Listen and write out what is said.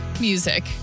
music